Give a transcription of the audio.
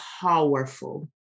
powerful